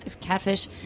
catfish